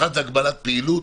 האחד זה הגבלת פעילות,